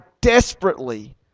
desperately